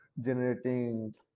generating